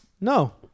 No